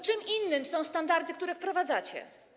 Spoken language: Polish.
Czym innym są standardy, które wprowadzacie?